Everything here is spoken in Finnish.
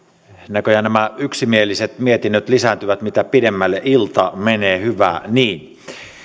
näköjään nämä yksimieliset mietinnöt lisääntyvät mitä pidemmälle ilta menee hyvä niin tässä